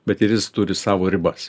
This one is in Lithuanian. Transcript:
bet ir jis turi savo ribas